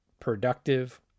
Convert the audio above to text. productive